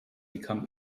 become